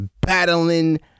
battling